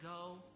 go